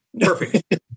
Perfect